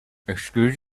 excuse